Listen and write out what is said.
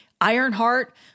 Ironheart